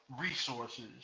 resources